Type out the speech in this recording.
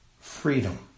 freedom